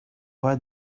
why